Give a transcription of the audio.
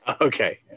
Okay